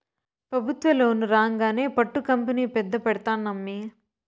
పెబుత్వ లోను రాంగానే పట్టు కంపెనీ పెద్ద పెడ్తానమ్మీ